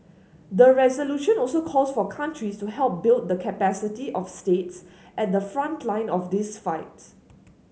the resolution also calls for countries to help build the capacity of states at the front line of this fight